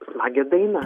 smagią dainą